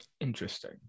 interesting